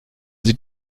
sie